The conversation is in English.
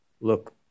look